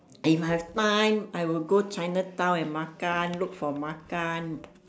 if I have time I will go chinatown and makan look for makan